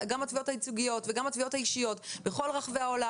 גם התביעות הייצוגיות וגם התביעות האישיות בכל רחבי העולם,